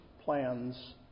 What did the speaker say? plans